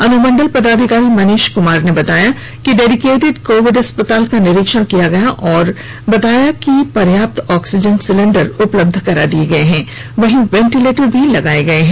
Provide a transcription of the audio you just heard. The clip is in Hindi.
अनुमंडल पदाधिकारी मनीष क्मार ने कल डेडिकेटेड कोविड अस्पताल का निरीक्षण किया और बताया कि पर्याप्त ऑक्सीजन सिलेंडर उपलब्ध करा दिए गए हैं वहीं वेंटिलेटर भी लगाए गए हैं